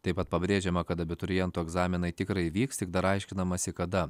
taip pat pabrėžiama kad abiturientų egzaminai tikrai vyks tik dar aiškinamasi kada